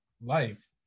life